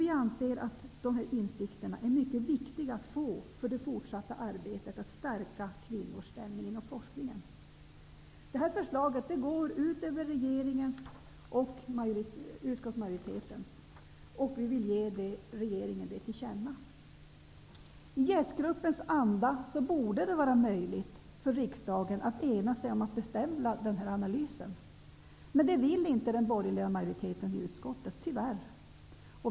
Vi anser att dessa insikter är mycket viktiga att få för det fortsatta arbetet med att stärka kvinnors ställning inom forskningen. Detta förslag går utöver regeringens och utskottsmajoritetens. Vi vill ge regeringen det till känna. I JÄST-gruppens anda borde det vara möjligt för riksdagen att ena sig om att beställa den här analysen. Men det vill inte den borgerliga majoriteten i utskottet, tyvärr.